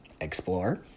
explore